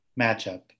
matchup